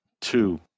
two